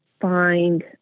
find